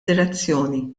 direzzjoni